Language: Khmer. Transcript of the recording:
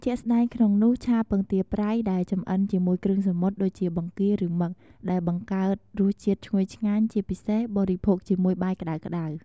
ជាក់ស្ដែងក្នុងនោះ ឆាពងទាប្រៃ ដែលចម្អិនជាមួយគ្រឿងសមុទ្រដូចជា បង្គា ឬមឹក ដែលបង្កើតរសជាតិឈ្ងុយឆ្ងាញ់ ជាពិសេស បរិភោគជាមួយបាយក្ដៅៗ។